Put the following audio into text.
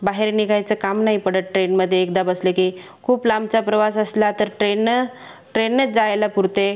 बाहेर निघायचं काम नाही पडत ट्रेनमध्ये एकदा बसलं की खूप लांबचा प्रवास असला तर ट्रेननं ट्रेननेच जायला पुरते